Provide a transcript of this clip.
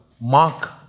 mark